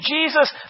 Jesus